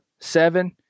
Seven